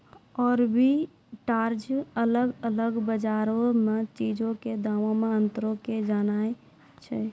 arbitrage अलग अलग बजारो मे चीजो के दामो मे अंतरो के जाननाय छै